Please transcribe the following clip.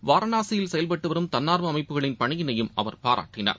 வாரணாசியில் செயல்பட்டு வரும் தன்னார்வ அமைப்புகளின் பணியினை அவர் பாராட்டினார்